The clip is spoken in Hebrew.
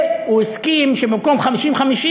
והוא הסכים שבמקום 50:50,